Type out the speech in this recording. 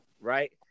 right